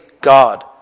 God